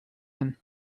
him